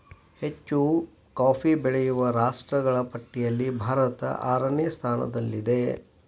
ಹೆಚ್ಚು ಕಾಫಿ ಬೆಳೆಯುವ ರಾಷ್ಟ್ರಗಳ ಪಟ್ಟಿಯಲ್ಲಿ ಭಾರತ ಆರನೇ ಸ್ಥಾನದಲ್ಲಿದೆ